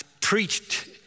preached